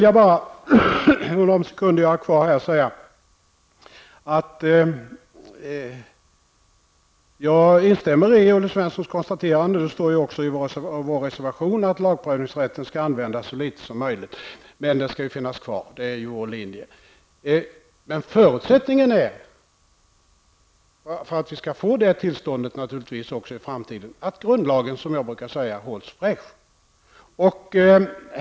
Jag instämmer i Olle Svenssons konstaterande om att lagprövningsrätten skall användas så litet som möjligt men att den skall finnas kvar. Det framgår även av vår reservation, och det är vår linje. Förutsättningen för det även i framtiden är naturligtvis att grundlagen -- som jag brukar säga -- hålls fräsch.